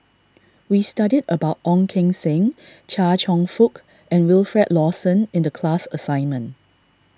we studied about Ong Keng Sen Chia Cheong Fook and Wilfed Lawson in the class assignment